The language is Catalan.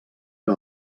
que